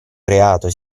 creato